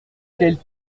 quelle